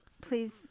please